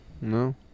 No